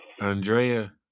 Andrea